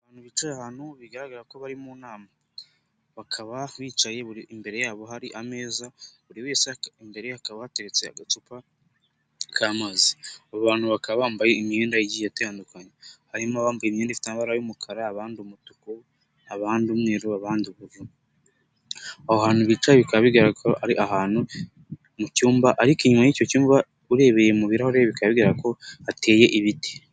Abantu bicaye ahantu bigaragara ko bari mu nama, bakaba bicaye buri imbere yabo hari ameza buri wese imbere ye hakaba hateretse agacupa kamazi, aba bantu bakaba bambaye imyendaye igiye itandukanye harimo abambaye imyenda ibara y'umukara abandi umutuku abandi umwe abandi aho bica bikaba bigaragara ari ahantu mu cyumba ariko inyuma y'icyo cyumba urebeye murohure bi bikabwira ko hateye ibiti.